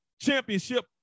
championship